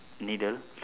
needle